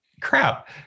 Crap